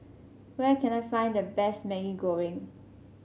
where can I find the best Maggi Goreng